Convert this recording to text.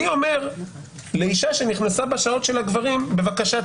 אומר לאישה שנכנסה בשעות של הגברים "בבקשה,